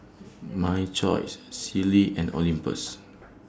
My Choice Sealy and Olympus